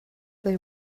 they